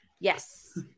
Yes